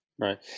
Right